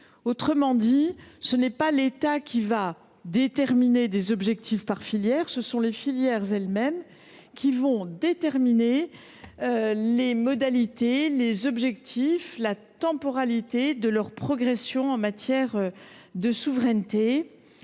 Autrement dit, ce n’est pas l’État qui déterminera les objectifs par filière, mais ce sont les filières elles mêmes qui fixeront les modalités, les objectifs et la temporalité de leur progression en matière de souveraineté.